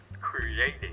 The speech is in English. creating